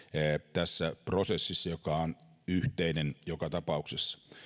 tässä prosessissa joka on yhteinen joka tapauksessa